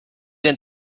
den